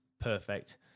Perfect